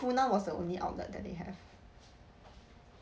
funan was the only outlet that they have